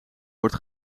wordt